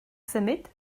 symud